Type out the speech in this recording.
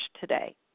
today